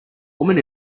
woman